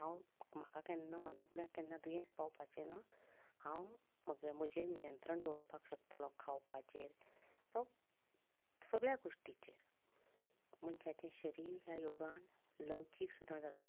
ना हांव म्हाका केन्ना म्हजे फुड्यान केन्ना दुयेंस पावपाचे ना हांव मागीर म्हजेर नियत्रंण दवरपाक शकतलो खावपाचेर जांव सगळ्यां गोश्टींचेर मनशाचें शरीर हें योगान लवचीक सुद्दां जाता